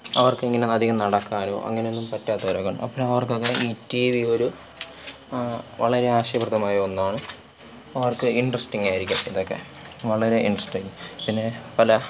അവർക്കിങ്ങനെ അധികം നടക്കാനോ അങ്ങനെയൊന്നും പറ്റാത്തവരൊക്കെയുണ്ട് അപ്പോള് അവർക്കൊക്കെ ഈ ടി വി ഒരു വളരെ ആശയപ്രദമായ ഒന്നാണ് അവർക്ക് ഇൻട്രസ്റ്റിങ്ങായിരിക്കും ഇതൊക്കെ വളരെ ഇൻട്രസ്റ്റിംഗ് പിന്നെ പല